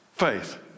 faith